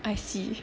I see